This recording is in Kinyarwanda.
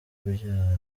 kubyara